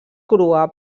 crua